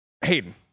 Hayden